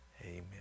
Amen